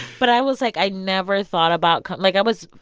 but i was, like, i never thought about like, i was,